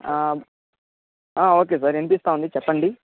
okay sir వినిపిస్తా ఉంది చెప్పండి